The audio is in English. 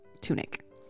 tunic